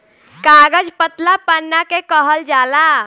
कागज पतला पन्ना के कहल जाला